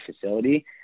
facility